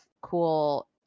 cool